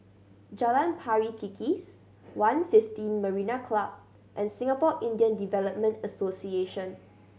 Jalan Pari Kikis One Fifteen Marina Club and Singapore Indian Development Association